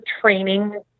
training